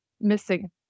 missing